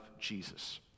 Jesus